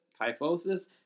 kyphosis